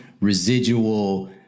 residual